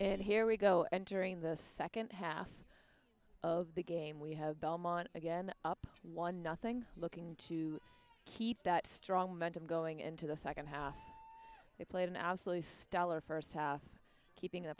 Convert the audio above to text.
and here we go entering the second half of the game we have belmont again up one nothing looking to keep that strong mentally going into the second half they played an absolutely stellar first half keeping the